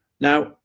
Now